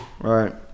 Right